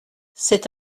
c’est